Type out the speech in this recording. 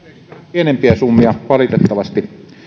pienempiä summia valitettavasti